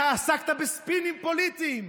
אתה עסקת בספינים פוליטיים,